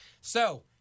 So-